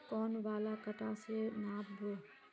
कौन वाला कटा से नाप बो?